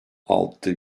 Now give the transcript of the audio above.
altı